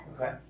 Okay